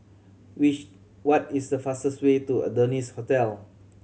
which what is the fastest way to Adonis Hotel